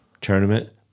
tournament